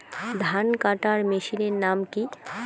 ধান কাটার মেশিনের নাম কি?